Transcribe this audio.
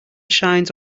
shines